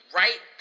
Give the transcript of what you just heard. right